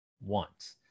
want